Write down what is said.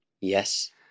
Yes